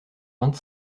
vingt